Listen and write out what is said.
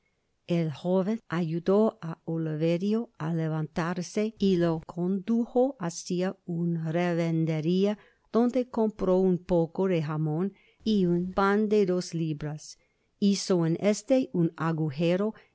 el joven ayudó á oliverio á levantarse y lo condujo hácia una revenderia donde compró un poco de jamon y un pan de dos libras hizo en este un agujero